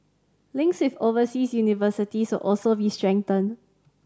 links with overseas universities will also be strengthened